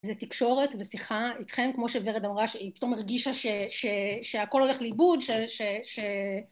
‫זה תקשורת ושיחה איתכם, ‫כמו שורד אמרה, ש‫היא פתאום הרגישה ‫שהכול הולך לאיבוד,